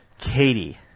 Katie